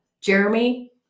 Jeremy